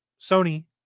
Sony